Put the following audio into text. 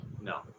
No